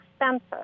expensive